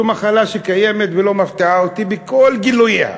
זו מחלה שקיימת ולא מפתיעה אותי בכל גילוייה.